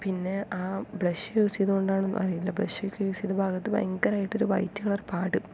പിന്നെ ആ blush use ചെയ്തത് കൊണ്ടാണോ എന്ന് അറിയില്ല ബ്ലെഷ് ഒക്കെ യൂസ് ചെയ്ത ഭാഗത്ത് ഭയങ്കരമായിട്ട് ഒരു വൈറ്റ് കളർ പാട്